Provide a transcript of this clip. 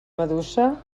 medusa